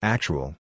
Actual